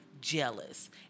Jealous